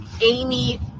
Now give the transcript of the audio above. Amy